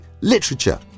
literature